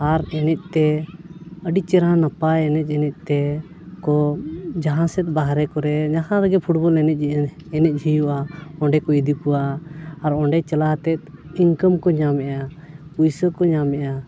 ᱟᱨ ᱮᱱᱮᱡ ᱛᱮ ᱟᱹᱰᱤ ᱪᱮᱨᱦᱟ ᱱᱟᱯᱟᱭ ᱮᱱᱮᱡ ᱮᱱᱮᱡ ᱛᱮ ᱠᱚ ᱡᱟᱦᱟᱸ ᱥᱮᱫ ᱵᱟᱦᱨᱮ ᱠᱚᱨᱮ ᱡᱟᱦᱟᱸ ᱨᱮᱜᱮ ᱯᱷᱩᱴᱵᱚᱞ ᱮᱱᱮᱡ ᱮᱱᱮᱡ ᱦᱩᱭᱩᱜᱼᱟ ᱚᱸᱰᱮ ᱠᱚ ᱤᱫᱤ ᱠᱚᱣᱟ ᱟᱨ ᱚᱸᱰᱮ ᱪᱟᱞᱟᱣ ᱦᱟᱛᱮᱫ ᱤᱱᱠᱟᱢ ᱠᱚ ᱧᱟᱢᱮᱜᱼᱟ ᱯᱩᱭᱥᱟᱹ ᱠᱚ ᱧᱟᱢᱮᱜᱼᱟ